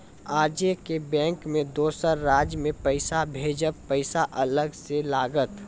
आजे के बैंक मे दोसर राज्य मे पैसा भेजबऽ पैसा अलग से लागत?